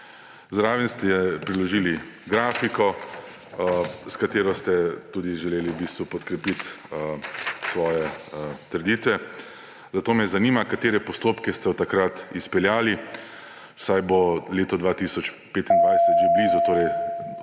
Zraven ste priložili grafiko, s katero ste tudi želeli v bistvu podkrepit svoje trditve. Zato me zanima: Katere postopke ste od takrat izpeljali? Leto 2025 bo že blizu, od